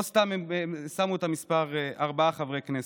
לא סתם הם שמו את המספר ארבעה חברי כנסת.